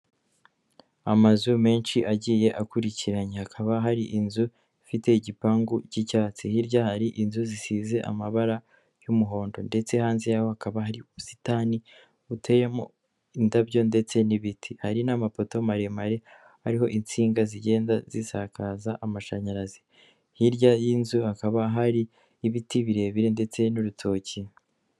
Amazu menshi agiye akurikiranye, hakaba hari inzu ifite igipangu cy'icyatsi hirya hari inzu zisize amabara y'umuhondo ndetse hanze yaho hakaba hari ubusitani buteyemo indabo ndetse n'ibiti hari n'amapoto maremare ariho insinga zigenda zisakaza amashanyarazi hirya y'inzu hakaba hari ibiti birebire ndetse n'urutoki.